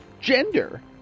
Gender